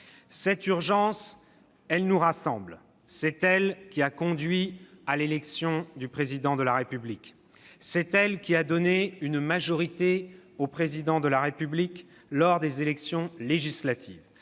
Cette urgence, elle nous rassemble : c'est elle qui a conduit à l'élection du Président de la République ; c'est elle qui a donné une majorité au Président de la République lors des élections législatives